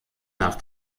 nach